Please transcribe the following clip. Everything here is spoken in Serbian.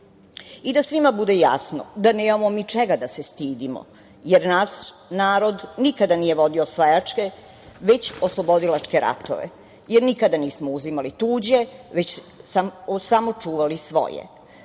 svima bude jasno da nemamo mi čega da se stidimo, jer naš narod nikada nije vodio osvajačke, već oslobodilačke ratove, jer nikada nismo uzimali tuđe, već samo čuvali svoje.